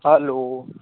hello